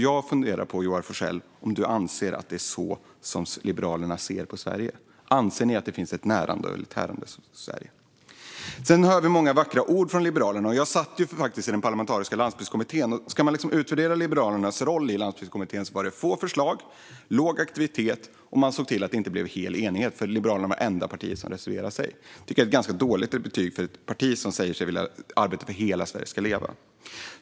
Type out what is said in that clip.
Jag funderar på om det är så Liberalerna ser på Sverige. Anser Joar Forssell att det finns ett närande och ett tärande Sverige? Vi hör många vackra ord från Liberalerna. Jag satt faktiskt i den parlamentariska landsbygdskommittén, och ska man utvärdera Liberalernas roll i Landsbygdskommittén var det få förslag och låg aktivitet. Liberalerna var det enda parti som reserverade sig och såg därmed till att det inte blev en hel enighet. Det tycker jag är ett ganska dåligt betyg till ett parti som säger sig vilja arbeta för att hela Sverige ska leva.